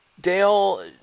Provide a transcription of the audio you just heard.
Dale